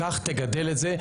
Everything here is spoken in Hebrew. קח, תגדל את זה.